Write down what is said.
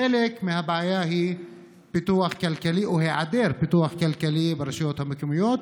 חלק מהבעיה הוא פיתוח כלכלי או היעדר פיתוח כלכלי ברשויות המקומיות,